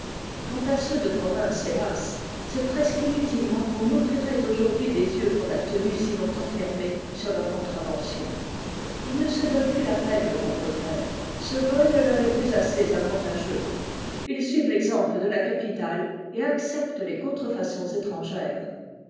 quant à ceux de province hélas c'est presque inutilement qu'on ouvrirait aujourd'hui des yeux qu'on a tenus si longtemps fermés sur leurs contraventions ils ne se donnent plus la peine de contrefaire ce vol ne leur est plus assez avantageux ils suivent l'exemple de la capitale et acceptent les contrefaçons étrangères